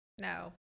No